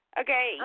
Okay